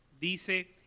dice